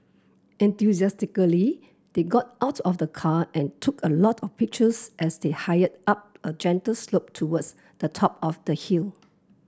enthusiastically they got out of the car and took a lot of pictures as they hired up a gentle slope towards the top of the hill